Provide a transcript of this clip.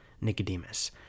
Nicodemus